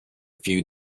few